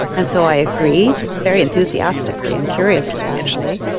and so i agreed, very enthusiastically and curiously actually,